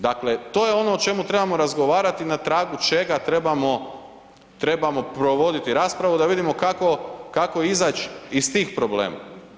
Dakle, to je ono o čemu trebamo razgovarati, na tragu čega trebamo provoditi raspravu da vidimo kako izać iz tih problema.